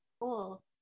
Cool